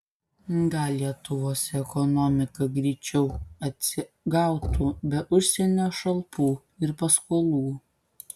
gal lietuvos ekonomika greičiau atsigautų be užsienio šalpų ir paskolų